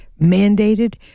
mandated